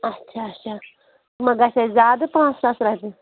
اچھا اچھا یِم گژھِ اَسہِ زیادٕ پانٛژھ ساس رۄپیہِ